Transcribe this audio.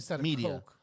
media